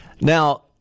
Now